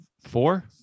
four